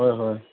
হয় হয়